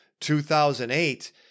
2008